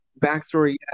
backstory